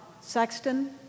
sexton